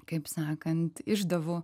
kaip sakant išdavų